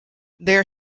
there